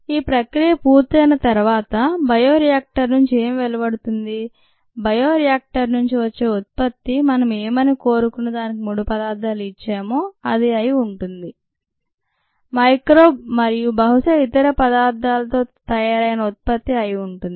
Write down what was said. ఈ ప్రక్రియ పూర్తయిన తర్వాత బయోరియాక్టర్ నుండి ఏం వెలువడుతుంది బయోరియాక్టర్ నుండి వచ్చే ఉత్పత్తి మనం ఏమని కోరుకుని దానికి ముడిపదార్థాలు ఇచ్చామో అది అయి ఉంటుంది మైక్రోబ్ మరియు బహుశా ఇతర పదార్తో తయారైనఉత్పత్తి అయి ఉంటుంది